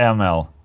ah ml